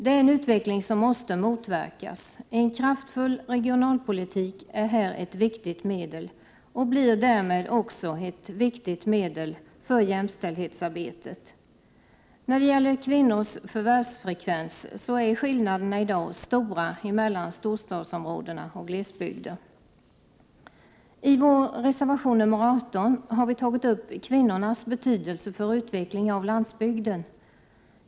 Det är en utveckling som måste motverkas. En kraftfull regionalpolitik är här ett viktigt medel, och blir därmed också ett viktigt medel för jämställdhetsarbetet. När det gäller kvinnors förvärvsfrekvens är skillnaderna i dag stora mellan storstadsområdena och glesbygder. I vår reservation 18 har vi tagit upp kvinnornas betydelse för utveckling av landsbygden.